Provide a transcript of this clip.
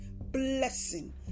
Blessing